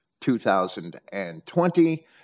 2020